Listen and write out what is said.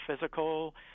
physical